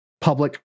public